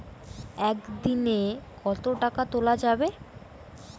একদিন এ কতো টাকা তুলা যাবে?